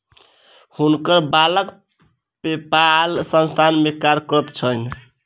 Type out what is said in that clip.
हुनकर बालक पेपाल संस्थान में कार्य करैत छैन